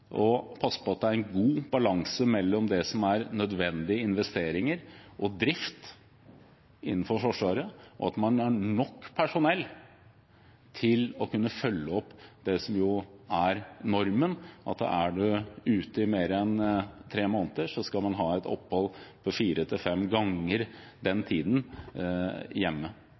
en god balanse mellom det som er nødvendige investeringer og drift innenfor Forsvaret, og at man har nok personell til å kunne følge opp det som er normen, nemlig at er man ute i mer enn tre måneder, skal man ha et opphold på fire til fem ganger den tiden hjemme.